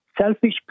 Selfish